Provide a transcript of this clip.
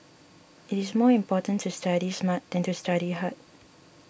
it is more important to study smart than to study hard